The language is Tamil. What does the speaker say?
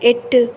எட்டு